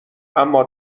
اما